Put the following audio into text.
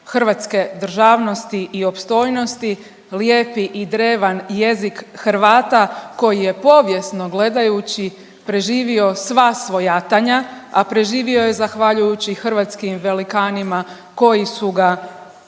hrvatske državnosti i opstojnosti, lijepi i drevan jezik Hrvata koji je povijesno gledajući preživio sva svojatanja, a preživio je zahvaljujući hrvatskim velikanima koji su se odvažno